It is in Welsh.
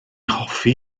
hoffi